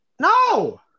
No